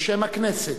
בשם הכנסת,